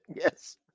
yes